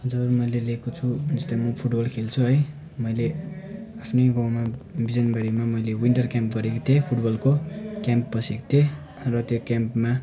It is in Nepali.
जब मैले लिएको छु मा फुटबल खेल्छु है मैले आफ्नै गाउँमा बिजनबारीमा मैले विन्टर गेम गरेको थिएँ फुटबलको क्याम्प बसेको थिएँ र त्यो क्याम्पमा